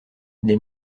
des